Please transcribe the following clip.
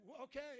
okay